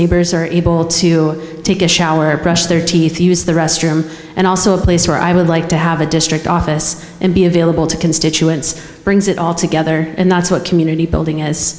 neighbors are able to take a shower brush their teeth use the restroom and also a place where i would like to have a district office and be available to constituents brings it all together and that's what community building